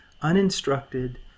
uninstructed